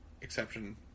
exception